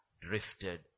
drifted